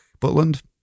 Butland